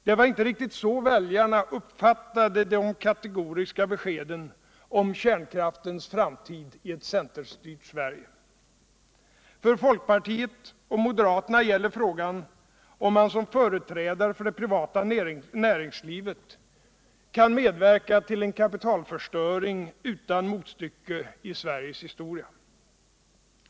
Det var inte riktigt så väljarna uppfattade de kategoriska beskeden om kärnkraftens framtid i ett centerstyrt Sverige. För folkpartiet och moderaterna gäller frågan, om man som företrädare för det privata näringslivet kan medverka tillen kapitalförstöring utan motstycke 1 Sveriges historia.